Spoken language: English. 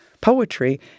poetry